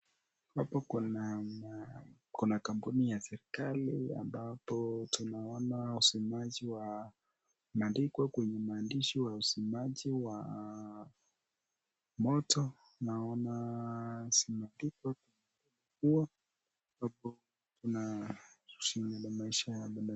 Hap kuna ma kuna kampuni ya serekali ambapo tunaona wazimaji kwenye maandiko ya uzimaji wa moto naona